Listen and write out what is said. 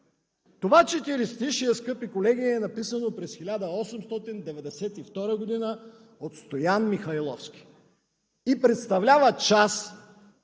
Това четиристишие, скъпи колеги, е написано през 1892 г. от Стоян Михайловски и представлява част